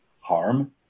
harm